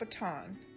baton